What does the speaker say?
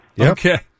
Okay